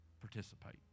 participate